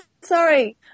sorry